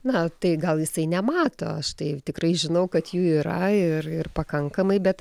na tai gal jisai nemato aš tai tikrai žinau kad jų yra ir ir pakankamai bet